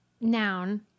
noun